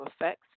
effects